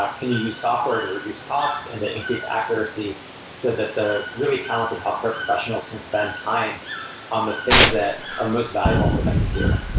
ah can you use software to reduce cost in the increased accuracy, so that the really talented healthcare professionals can spend time on the things that are most valuable for them to do?